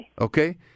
Okay